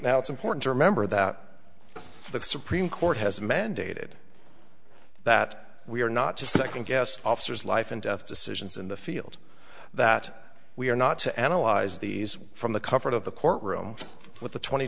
now it's important to remember that the supreme court has mandated that we are not to second guess officers life and death decisions in the field that we are not to analyze these from the comfort of the courtroom with the tw